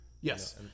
Yes